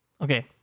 Okay